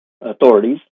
authorities